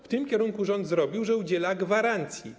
W tym kierunku rząd zrobił to, że udziela gwarancji.